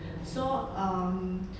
so um